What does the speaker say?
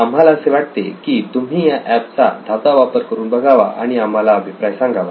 आम्हाला असे वाटते की तुम्ही या एप चा धावता वापर करून बघावा आणि आम्हाला अभिप्राय सांगावा